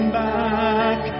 back